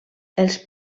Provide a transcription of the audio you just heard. els